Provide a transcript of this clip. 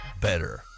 better